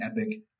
epic